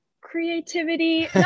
creativity